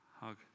Hug